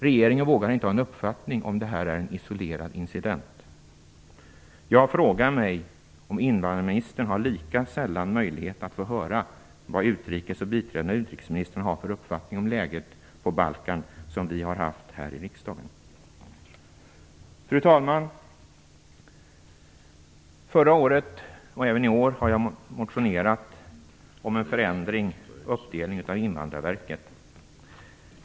Regeringen vågar inte ha en uppfattning i frågan om det här är en isolerad incident. Jag frågar mig om invandrarministern lika sällan har möjlighet att få höra vad utrikesministern och biträdande utrikesministern har för uppfattning om läget på Balkan som vi har haft här i riksdagen. Fru talman! Förra året och även i år har jag motionerat om en förändring och uppdelning av Invandrarverket.